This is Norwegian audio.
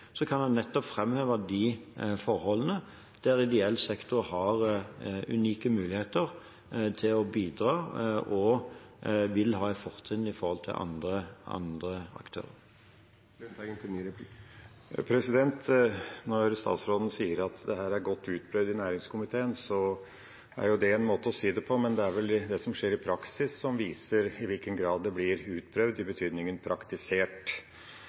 forholdene der ideell sektor har unike muligheter til å bidra og vil ha et fortrinn i forhold til andre aktører. Når statsråden sier at dette er godt utprøvd i næringskomiteen, er det en måte å si det på, men det er vel det som skjer i praksis, som viser i hvilken grad det blir utprøvd – i betydningen praktisert.